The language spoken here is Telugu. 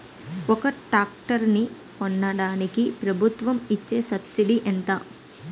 ఒక ట్రాక్టర్ కొనడానికి ప్రభుత్వం ఇచే సబ్సిడీ ఎంత?